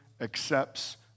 accepts